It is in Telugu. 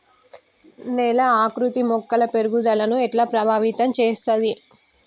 నేల ఆకృతి మొక్కల పెరుగుదలను ఎట్లా ప్రభావితం చేస్తది?